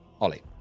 Ollie